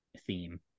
theme